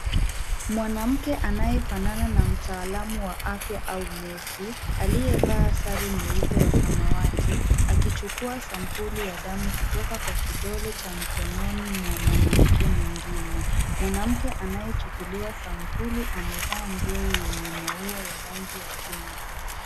Mwanamke anayefanana na mtaalam wa afya au nesi. Aliyevaa sare nyeupe ya samawati, akichukua sampuli ya damu kutoka kwa kidole cha mkononi mwa mwanaume mwingine. Mwanamke anayechukuliwa sampuli, amevaa nguo yenye maua ya rangi ya chungwa.